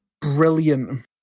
brilliant